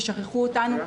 ושכחו אותנו.